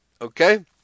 Okay